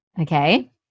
Okay